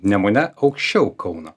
nemune aukščiau kauno